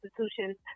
institutions